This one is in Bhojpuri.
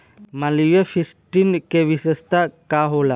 मालवीय फिफ्टीन के विशेषता का होला?